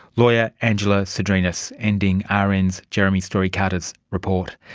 lawyer angela sdrinis, ending ah rn's jeremy story carter's report.